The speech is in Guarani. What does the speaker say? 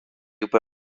upe